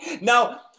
Now